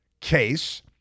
case